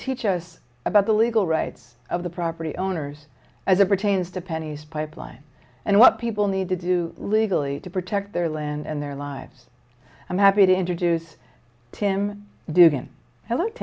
teach us about the legal rights of the property owners as it pertains to penny's pipeline and what people need to do legally to protect their land and their lives i'm happy to introduce tim di